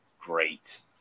great